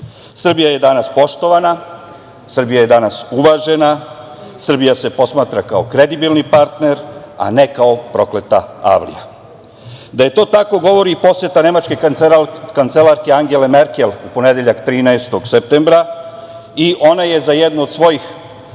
sveta. Srbija je danas poštovana, Srbija je danas uvažavana, Srbija se posmatra kao kredibilni partner, a ne kao „ prokleta avlija“.Da je to tako, govori i poseta nemačke kancelarke Angele Merkel u ponedeljak 13. septembra, i ona je za jednu od svojih